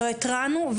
שלא התרענו,